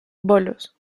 bolos